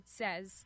says